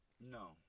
No